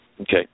Okay